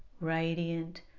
radiant